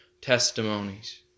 testimonies